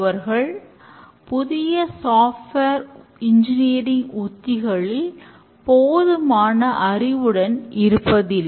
அடுத்து ஒப்பந்த தொழிலாளர்களுக்கான ஊதியம் கணக்கு softwareல் மாற்றம் செய்து புதிய software உருவாக்கம்